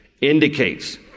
indicates